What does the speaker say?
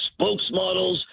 spokesmodels